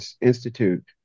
Institute